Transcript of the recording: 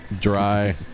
dry